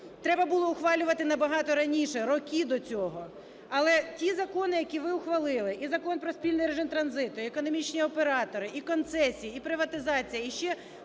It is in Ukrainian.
треба було ухвалювати на багато раніше, роки до цього. Але ті закони, які ви ухвалили, і Закон про спільний режим транзиту, і економічні оператори, і концесії, і приватизація, і ще